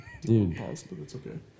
Dude